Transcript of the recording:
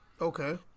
Okay